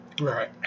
Right